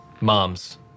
Moms